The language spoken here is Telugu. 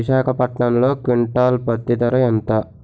విశాఖపట్నంలో క్వింటాల్ పత్తి ధర ఎంత?